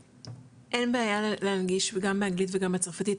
אין בעיה להנגיש וגם באנגלית וגם בצרפתית,